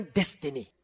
destiny